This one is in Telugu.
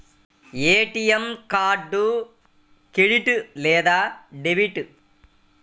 ఏ.టీ.ఎం కార్డు క్రెడిట్ లేదా డెబిట్?